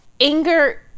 anger